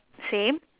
same